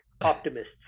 optimists